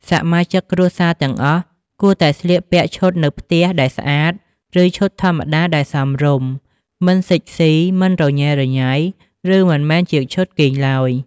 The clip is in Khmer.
សមាជិកគ្រួសារទាំងអស់ គួរតែស្លៀកពាក់ឈុតនៅផ្ទះដែលស្អាត ឬឈុតធម្មតាដែលសមរម្យ មិនសិចស៊ី មិនរញ៉េរញ៉ៃ ឬមិនមែនជាឈុតគេងឡើយ។